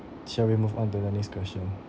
shall we move on to the next question